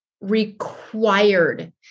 required